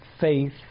faith